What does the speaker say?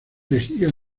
vejiga